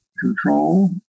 control